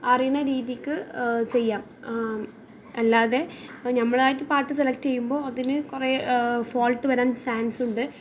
അറിയുന്ന രീതിക്ക് ചെയ്യാം അല്ലാതെ നമ്മൾ ആയിട്ട് പാട്ട് സെലക്റ്റ് ചെയ്യുമ്പോൾ അതിന് കുറേ ഫോൾട്ട് വരാൻ ചാൻസ് ഉണ്ട്